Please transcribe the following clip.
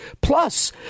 plus